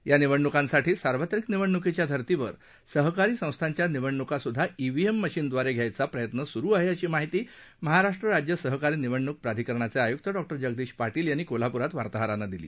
या निवडण्कांसाठी सार्वत्रिक निवडण्कीच्या धर्तीवर सहकारी संस्थांच्या निवडण्कासुद्धा ईव्हीएम मशिनदवारे घ्यायचा प्रयत्न सुरू आहे अशी माहिती महाराष्ट्र राज्य सहकारी निवडणुक प्राधिकरणाचे आयुक्त डॉक्टर जगदीश पाटील यांनी कोल्हापुरात वार्ताहरांना दिली